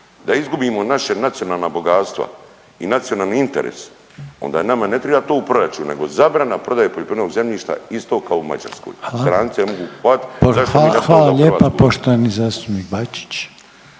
da izgubimo naša nacionalna bogatstva i nacionalni interes onda nama ne triba to u proračun nego zabrana prodaje poljoprivrednog zemljišta isto kao u Mađarskoj. …/Upadica: Hvala./… …/Govornici